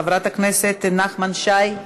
חבר הכנסת נחמן שי,